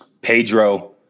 Pedro